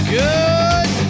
good